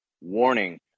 Warning